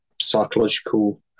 psychological